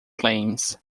claims